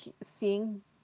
seeing